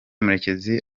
murekezi